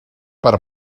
per